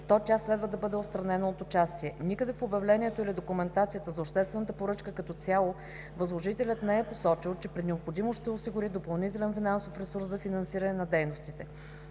то тя следва да бъде отстранена от участие. Никъде в обявлението или документацията за обществената поръчка като цяло, възложителят не е посочил, че при необходимост ще осигури допълнителен финансов ресурс за финансиране на дейностите.